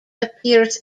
appears